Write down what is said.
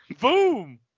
Boom